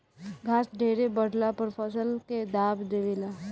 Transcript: घास ढेरे बढ़ला पर फसल के दाब देवे ला